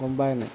গম পায় নে নাই